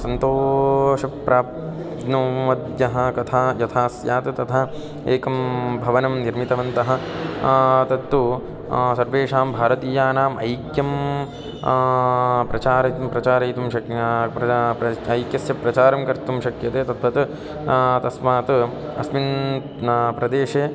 सन्तोषप्राप्नोवद्यः कथा यथा स्यात् तथा एकं भवनं निर्मितवन्तः तत्तु सर्वेषां भारतीयानां ऐक्यं प्रचारयितुं प्रचारयितुं शक्यं प्रचा प्रच् ऐक्यस्य प्रचारं कर्तुं शक्यते तद्वत् तस्मात् अस्मिन् प्रदेशे